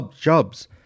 jobs